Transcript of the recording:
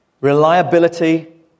Reliability